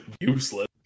useless